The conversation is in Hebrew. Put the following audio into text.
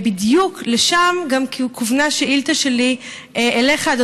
בדיוק לשם כוונה השאילתה שלי אליך,